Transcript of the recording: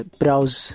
browse